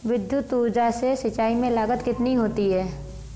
विद्युत ऊर्जा से सिंचाई में लागत कितनी होती है?